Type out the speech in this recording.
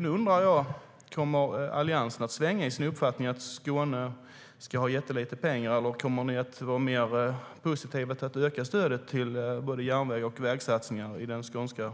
Nu undrar jag om Alliansen kommer att svänga i sin uppfattning att Skåne ska ha jättelite pengar. Kommer ni att vara mer positiva till att öka stödet till både järnväg och vägsatsningar i den skånska